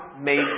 made